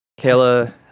Kayla